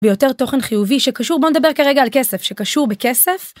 ביותר תוכן חיובי, שקשור, בוא נדבר כרגע על כסף. שקשור בכסף.